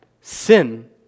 sin